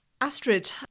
Astrid